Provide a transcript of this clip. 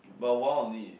but a while only